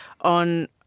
on